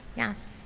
yes,